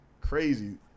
crazy